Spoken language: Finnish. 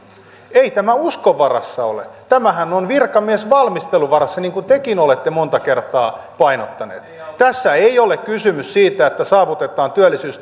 ei tämä uskon varassa ole tämähän on virkamiesvalmistelun varassa niin kuin tekin olette monta kertaa painottanut tässä ei ole kysymys siitä että saavutetaan työllisyys